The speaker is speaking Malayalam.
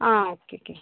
ആ ഓക്കേ ഓക്കേ